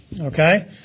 Okay